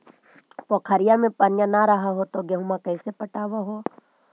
पोखरिया मे पनिया न रह है तो गेहुमा कैसे पटअब हो?